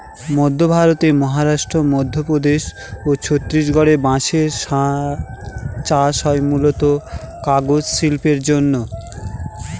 মধ্য ভারতের মহারাষ্ট্র, মধ্যপ্রদেশ ও ছত্তিশগড়ে বাঁশের চাষ হয় মূলতঃ কাগজ শিল্পের জন্যে